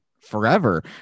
forever